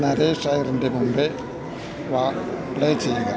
നരേഷ് ഐയറിൻ്റെ മുമ്പേ വാ പ്ലേ ചെയ്യുക